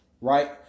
Right